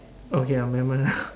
okay I'll remember now